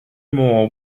more